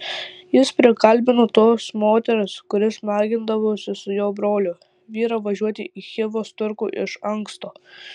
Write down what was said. jis prikalbino tos moters kuri smagindavosi su jo broliu vyrą važiuoti į chivos turgų iš anksto